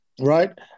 Right